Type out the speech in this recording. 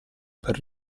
per